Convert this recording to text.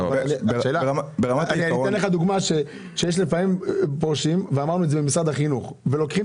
יש לפעמים שאנשים פורשים ואמרנו את זה לגבי משרד החינוך ולוקחים